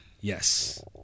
Yes